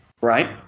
Right